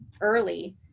early